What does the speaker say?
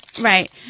Right